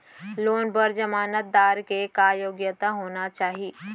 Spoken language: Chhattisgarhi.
लोन बर जमानतदार के का योग्यता होना चाही?